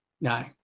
no